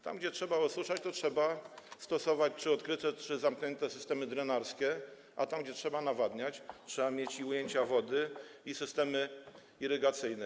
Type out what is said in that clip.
Tam gdzie trzeba osuszać, to trzeba stosować czy odkryte, czy zamknięte systemy drenarskie, a tam gdzie trzeba nawadniać, trzeba mieć i ujęcia wody, i systemy irygacyjne.